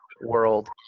world